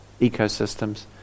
ecosystems